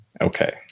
Okay